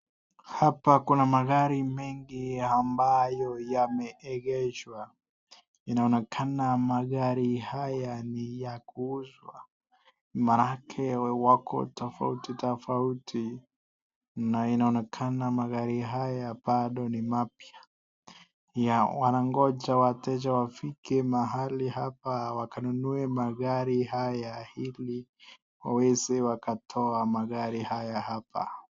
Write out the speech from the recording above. Hapa kuna magari mango ambayo yameekezwa inaonekana magari haya ni ya kuuzwa mamake wako tafauti tafauti na inaonekana magari haya pado ni mapya na wanangoja wateja wafike mahali hapa wakainunue magari haya hili waweze wakatoa magari haya hapa.